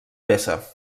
peça